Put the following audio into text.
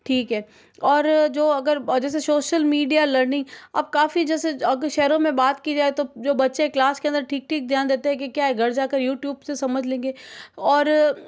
ठीक है और जो अगर जैसे सोशल मीडिया लर्निंग अब काफ़ी जैसे शहरों में बात की जाए तो वो बच्चे क्लास के अंदर ठीक ठीक ध्यान देते हैं कि क्या है घर जाकर यूट्यूब से समझ लेंगे और